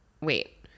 wait